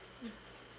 mmhmm